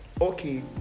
okay